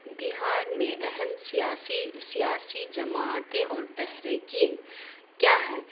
بہار میں اہم سیاسی سیاسی جماعتیں اور تحریکے کیا ہیں